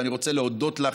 אני רוצה להודות לך,